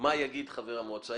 מה יגיד חבר המועצה.